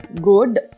good